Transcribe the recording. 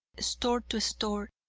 store to store,